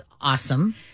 awesome